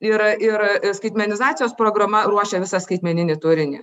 ir ir skaitmenizacijos programa ruošia visą skaitmeninį turinį